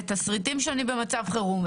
לתסריטים שונים במצב חירום,